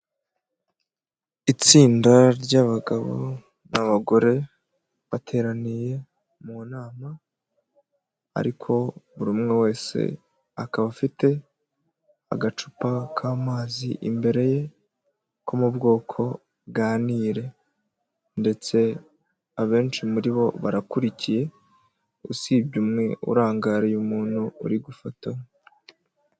Itsinda ry'abagabo n'abagore bateraniye mu nama ariko buri umwe wese akaba afite agacupa k'amazi imbere ye ko mu bwoko bwa nire, ndetse abenshi muri bo barakurikiye usibye umwe urangariye umuntu uri gufotora.